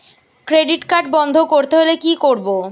Credit card বন্ধ করতে হলে কি করব?